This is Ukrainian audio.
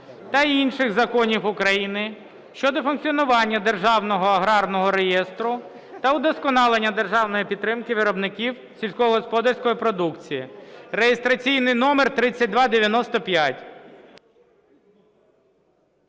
та інших законів України щодо функціонування Державного аграрного реєстру та удосконалення державної підтримки виробників сільськогосподарської продукції (реєстраційний номер 3295).